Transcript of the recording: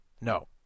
no